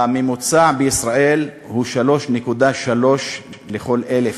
הממוצע בישראל הוא 3.3 לכל 1,000,